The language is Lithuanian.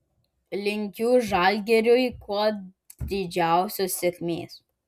linkiu žalgiriui kuo didžiausios sėkmės